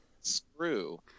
screw